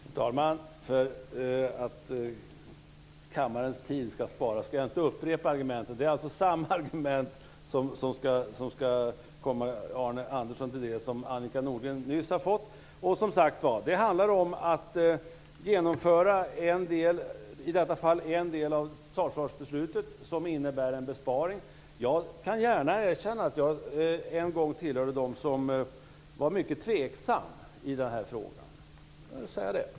Fru talman! För att kammarens tid skall sparas skall jag inte upprepa argumenten. Samma argument skall komma Arne Andersson till del som Annika Nordgren nyss har fått. Som sagt var: Det handlar om att genomföra en del av detta totalförsvarsbeslut som innebär en besparing. Jag kan gärna erkänna att jag en gång tillhörde dem som var mycket tveksamma i den här frågan. Låt mig säga det.